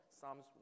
Psalms